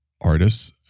artists